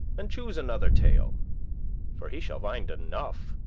and choose another tale for he shall find enough,